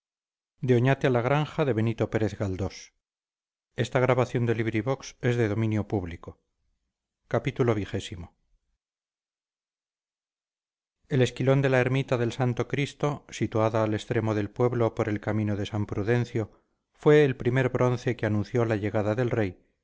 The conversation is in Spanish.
el esquilón de la ermita del santo cristo situada al extremo del pueblo por el camino de san prudencio fue el primer bronce que anunció la llegada del rey